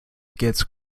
gets